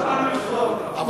אבל,